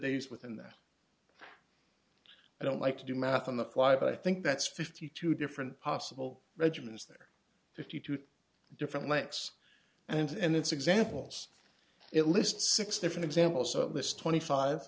days within that i don't like to do math on the fly but i think that's fifty two different possible regiments there fifty two different lengths and it's examples it lists six different examples of this twenty five